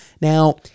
Now